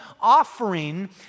offering